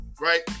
right